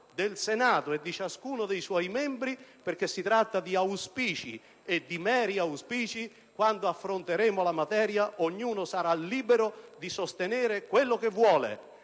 del Senato e di ciascuno dei suoi membri, perché si tratta di meri auspici. Quando affronteremo la materia, ognuno sarà libero di sostenere quel che vuole;